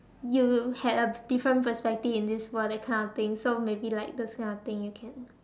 you had a different perspective in this world that kind of things so maybe like those kind of thing you can